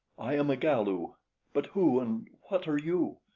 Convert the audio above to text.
i am a galu but who and what are you?